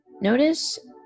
Notice